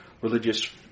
Religious